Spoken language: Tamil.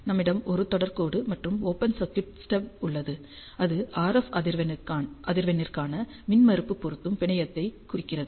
நம்மிடம் ஒரு தொடர் கோடு மற்றும் ஓபன் சர்க்யூட்டட் ஸ்டப் உள்ளது அது RF அதிர்வெண்ணிற்கான மின்மறுப்பு பொருந்தும் பிணையத்தைக் குறிக்கிறது